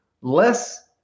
less